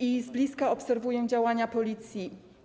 i z bliska obserwuję działania policji.